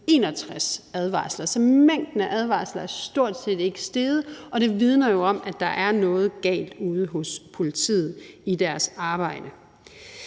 61 advarsler. Så mængden af advarsler er stort set ikke steget, og det vidner jo om, at der er noget galt ude hos politiet med deres arbejde.